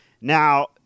Now